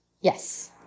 yes